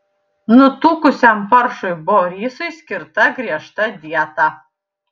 nutukusiam paršui borisui skirta griežta dieta